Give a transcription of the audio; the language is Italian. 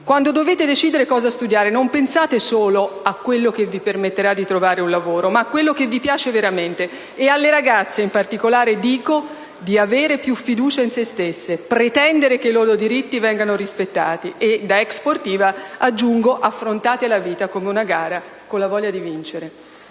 quando dovete decidere cosa studiare non pensate solo a quello che vi permetterà di trovare un lavoro, ma a quello che vi piace veramente. E alle ragazze, in particolare, dico di avere più fiducia in se stesse, pretendere che i loro diritti vengano rispettati e, da ex sportiva, aggiungo affrontate la vita come una gara, con la voglia di vincere.